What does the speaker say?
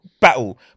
battle